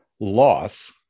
Loss